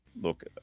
Look